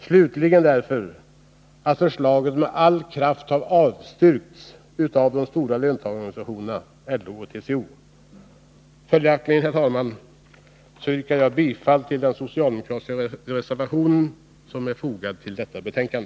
Slutligen yrkar vi avslag på regeringsförslaget därför att det med kraft har avstyrkts av de stora löntagarorganisationerna LO och TCO. Följaktligen, herr talman, yrkar jag bifall till den socialdemokratiska reservationen, som är fogad till detta betänkande.